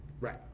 Right